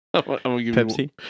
Pepsi